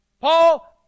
Paul